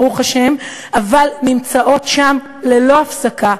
ברוך השם, אבל נמצאות שם ללא הפסקה.